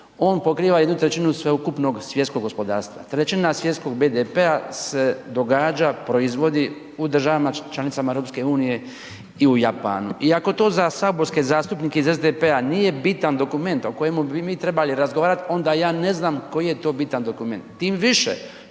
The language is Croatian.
on pokriva jednu trećinu sveukupnog svjetskog gospodarstva. Trećina svjetskog BDP-a se događa, proizvodi u državama članicama EU i u Japanu. I ako to za saborske zastupnike iz SDP-a nije bitan dokument o kojemu bi mi trebali razgovarati onda ja ne znam koji je to bitan dokument. Tim više